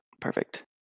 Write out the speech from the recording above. Perfect